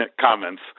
comments